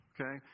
Okay